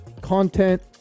content